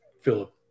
Philip